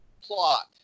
plot